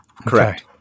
Correct